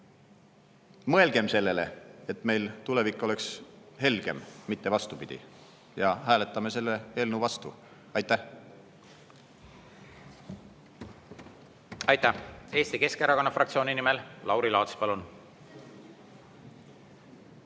Mõelgem sellele, et meil tulevik oleks helgem, mitte vastupidi, ja hääletame selle eelnõu vastu. Aitäh! Aitäh! Eesti Keskerakonna fraktsiooni nimel Lauri Laats, palun!